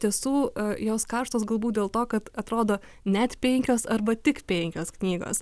tiesų jos karštos galbūt dėl to kad atrodo net penkios arba tik penkios knygos